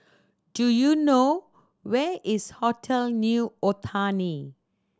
do you know where is Hotel New Otani